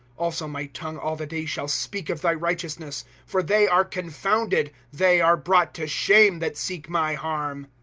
also my tongue all the day shall speak of thy righteousness for they are confounded, they are brought to shame, that seek my harm.